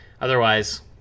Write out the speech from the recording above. otherwise